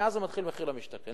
מזה מתחיל מחיר למשתכן,